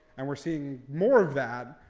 and we're seeing more of that.